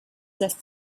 lässt